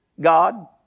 God